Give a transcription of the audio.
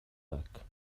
lock